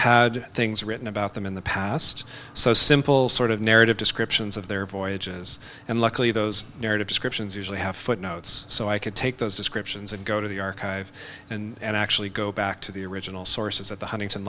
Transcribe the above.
had things written about them in the past so simple sort of narrative descriptions of their voyages and luckily those narrative descriptions usually have footnotes so i could take those descriptions and go to the archive and actually go back to the original sources at the huntington